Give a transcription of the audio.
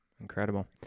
Incredible